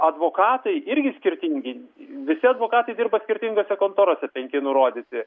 advokatai irgi skirtingi visi advokatai dirba skirtingose kontorose penki nurodyti